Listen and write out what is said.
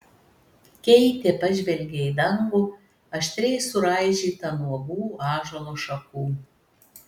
keitė pažvelgė į dangų aštriai suraižytą nuogų ąžuolo šakų